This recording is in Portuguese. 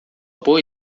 boa